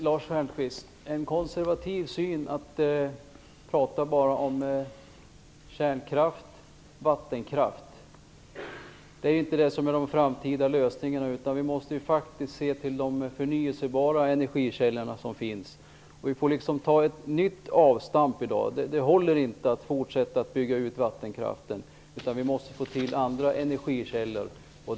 Herr talman! Det är en konservativ syn, Lars Stjernkvist, att bara prata om kärnkraft och vattenkraft. Det är inte de framtida lösningarna. Vi måste faktiskt se till de förnybara energikällor som finns. Vi får liksom ta ett nytt avstamp i dag. Det håller inte att fortsätta att bygga ut vattenkraften. Vi måste ta till andra energikällor.